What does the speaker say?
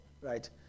right